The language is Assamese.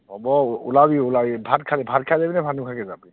হ'ব ওলাবি ওলাবি ভাত খাবি ভাত খাই যাবিনে ভাত নোখোৱাকৈ যাবি